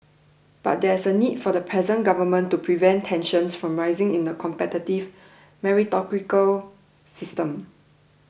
but there is a need for the present Government to prevent tensions from rising in the competitive meritocratic system